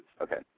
Okay